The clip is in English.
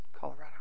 Colorado